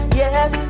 yes